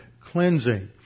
cleansing